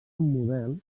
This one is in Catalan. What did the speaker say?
model